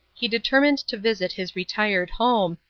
he determined to visit his retired home,